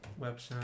website